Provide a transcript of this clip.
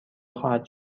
خواهد